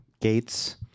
gates